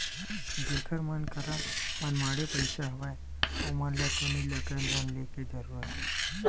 जेखर मन करा मनमाड़े पइसा हवय ओमन ल तो नइ लगय लोन लेके जरुरत